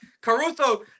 Caruso